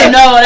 no